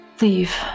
leave